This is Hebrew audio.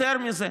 יותר מזה,